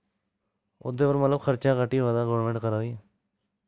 ओह्दे पर मतलव खर्चा घट ही होआ दा गोरमैंट करा दी